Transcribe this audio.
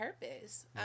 purpose